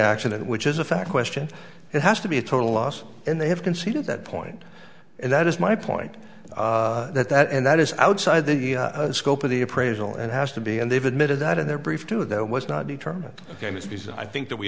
action which is a fact question it has to be a total loss and they have conceded that point and that is my point that that and that is outside the scope of the appraisal and has to be and they've admitted that in their brief to that was not determined ok ms i think that we